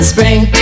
Spring